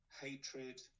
hatred